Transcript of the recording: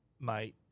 mate